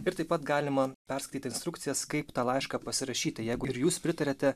ir taip pat galima perskaityt instrukcijas kaip tą laišką pasirašytą jeigu ir jūs pritariate